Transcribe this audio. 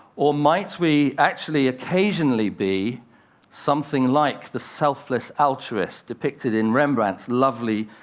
or might we actually occasionally be something like the selfless altruist depicted in rembrandt's lovely,